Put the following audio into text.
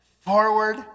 forward